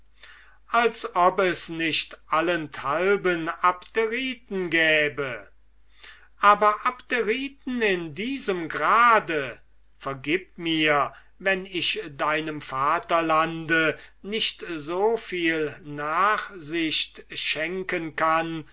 als ob es nicht allenthalben abderiten gäbe sagte der philosoph aber abderiten in diesem grade vergib mir wenn ich von deinem vaterlande nicht mit so viel nachsicht urteilen kann